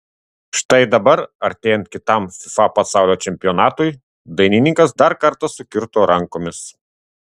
štai dabar artėjant kitam fifa pasaulio čempionatui dainininkas dar kartą sukirto rankomis